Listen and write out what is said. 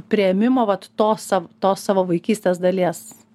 priėmimo vat to sav to savo vaikystės dalies